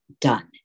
done